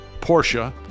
Porsche